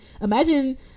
imagine